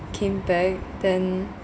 came back then